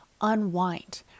unwind